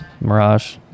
Mirage